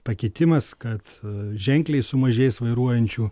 pakitimas kad ženkliai sumažės vairuojančių